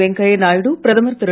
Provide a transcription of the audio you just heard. வெங்கையா நாயுடு பிரதமர் திரு